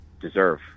deserve